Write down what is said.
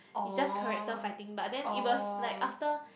it's just character fighting but then it was like after